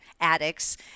addicts